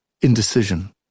indecision